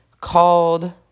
called